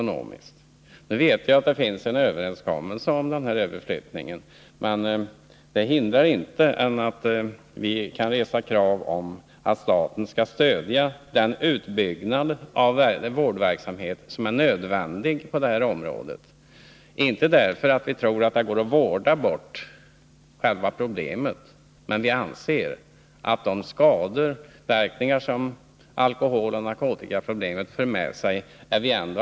Nu vet jag att det finns en överenskommelse om den här överflyttningen. Men det hindrar inte oss att resa krav på att staten skall stödja den utbyggnad av vårdverksamheten som är nödvändig på området — inte därför att vi tror att det går att vårda bort själva problemet, utan därför att vi anser att vi är ansvariga för att människor som lider av de skadeverkningar som alkoholoch narkotikaproblemen för med sig tas om hand.